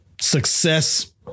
success